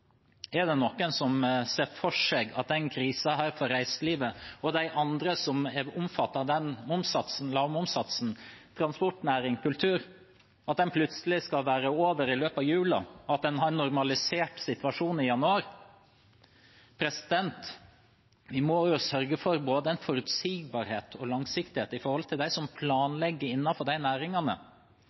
Er det noen som ser for seg at denne krisen for reiselivet, og for de andre som er omfattet av den lave momssatsen – transportnæring, kultur – plutselig skal være over i løpet av julen, at en har normalisert situasjonen i januar? Vi må sørge for både forutsigbarhet og langsiktighet for dem som planlegger innenfor de næringene,